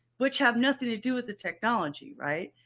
which have nothing to do with the technology. right.